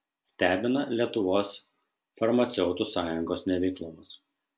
stebina lietuvos farmaceutų sąjungos neveiklumas